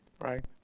Right